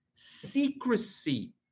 secrecy